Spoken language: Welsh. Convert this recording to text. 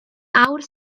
awr